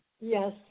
Yes